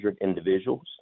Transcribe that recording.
individuals